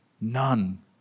none